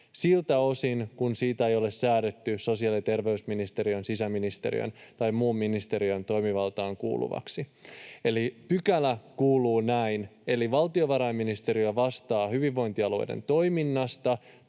siltä osin kuin sitä ei ole säädetty sosiaali- ja terveysministeriön, sisäministeriön tai muun ministeriön toimivaltaan kuuluvaksi.” Eli pykälä kuuluu näin. Valtiovarainministeriö vastaa hyvinvointialueiden toiminnasta,